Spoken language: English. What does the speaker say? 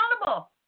accountable